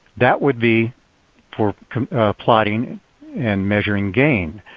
that would be for plotting and measuring gain.